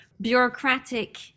bureaucratic